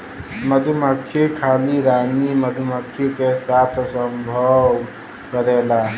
मधुमक्खी खाली रानी मधुमक्खी के साथ संभोग करेला